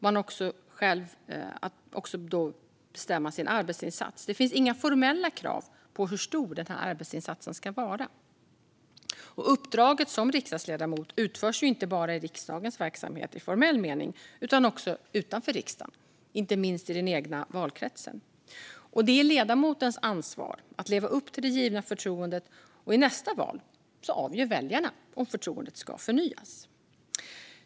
Man får också själv bestämma sin arbetsinsats; det finns inga formella krav på hur stor arbetsinsatsen ska vara. Uppdraget som riksdagsledamot utförs ju inte bara i riksdagens verksamhet i formell mening utan även utanför riksdagen, inte minst i den egna valkretsen. Det är ledamotens ansvar att leva upp till det givna förtroendet - och i nästa val avgör väljarna om förtroendet ska förnyas.